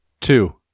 Two